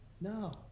no